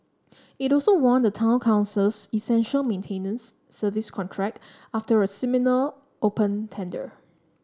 it also won the Town Council's essential maintenance service contract after a similar open tender